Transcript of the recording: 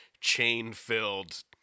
chain-filled